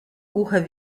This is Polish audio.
głuche